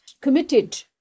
committed